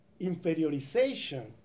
inferiorization